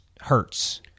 hurts